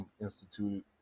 instituted